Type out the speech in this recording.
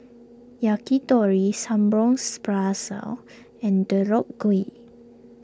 Yakitori and Deodeok Gui